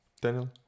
Daniel